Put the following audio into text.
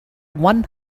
one